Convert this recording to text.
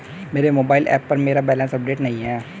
मेरे mobile app पर मेरा बैलेंस अपडेट नहीं है